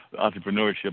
entrepreneurship